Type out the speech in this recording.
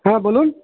হ্যাঁ বলুন